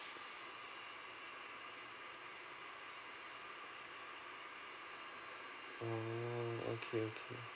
mm okay okay